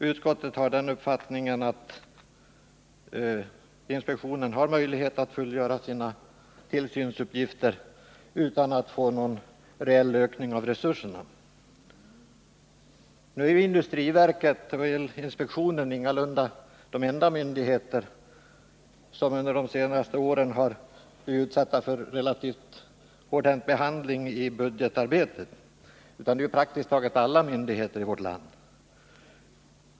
Utskottet har den uppfattningen att inspektionen har möjlighet att fullgöra sina tillsynsuppgifter utan att få någon reell ökning av resurserna. Nu är industriverket och elinspektionen ingalunda de enda myndigheter som under de senaste åren har blivit utsatta för en relativt hårdhänt behandling i budgetarbetet — det har drabbat praktiskt taget alla myndigheter i vårt land.